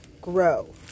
grow